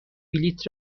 بلیط